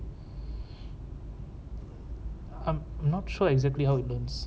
I'm not sure exactly how it learns